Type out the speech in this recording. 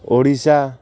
Odisha